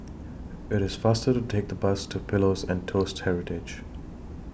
IT IS faster to Take The Bus to Pillows and Toast Heritage